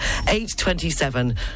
8.27